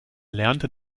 lernte